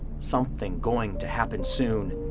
something going to happen soon.